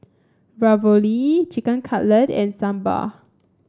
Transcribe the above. Ravioli Chicken Cutlet and Sambar